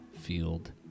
field